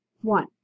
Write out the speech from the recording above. One